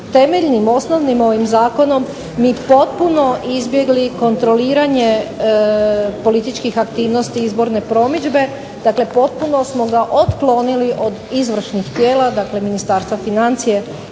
temeljnim, osnovnim ovim zakonom mi potpuno izbjegli kontroliranje političkih aktivnosti izborne promidžbe, dakle potpuno smo ga otklonili od izvršnih tijela, dakle Ministarstva financija